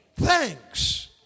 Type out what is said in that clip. Thanks